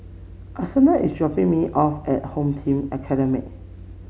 Antonette is dropping me off at Home Team Academy